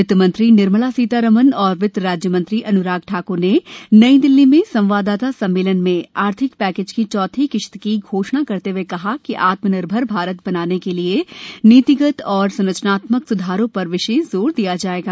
वित्तमंत्री निर्मला सीतारामन और वित्त राज्यमंत्री अन्राग ठाक्र ने नई दिल्ली में संवाददाता सम्मेलन में आर्थिक पैकेज की चौथी किस्त की घोषणा करते हए कहा कि आत्मनिर्भर भारत बनाने के लिए नीतिगत और संरचनात्मक स्धारों पर विशेष जोर दिया जाएगा